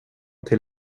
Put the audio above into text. till